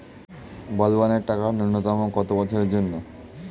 বলবনের টাকা ন্যূনতম কত বছরের জন্য?